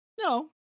No